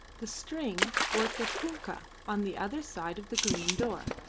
the string worked a punkah on the other side of the green door,